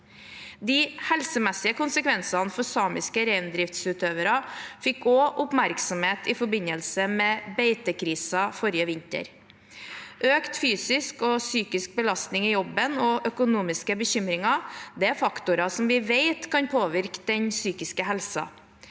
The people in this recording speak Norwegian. De helsemessige konsekvensene for samiske reindriftsutøvere fikk også oppmerksomhet i forbindelse med beitekrisen forrige vinter. Økt fysisk og psykisk belastning i jobben og økonomiske bekymringer er faktorer vi vet kan påvirke den psykiske helsen.